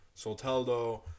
Solteldo